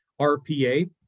RPA